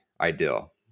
ideal